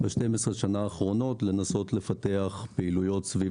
ב-12 השנים האחרונות כדי לנסות לפתח פעילויות סביב